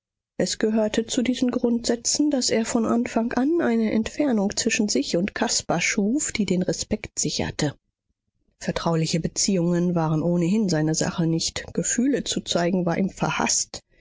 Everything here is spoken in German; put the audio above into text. es gehörte zu diesen grundsätzen daß er von anfang an eine entfernung zwischen sich und caspar schuf die den respekt sicherte vertrauliche beziehungen waren ohnehin seine sache nicht gefühle zu zeigen war ihm verhaßt